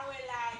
באו אלי,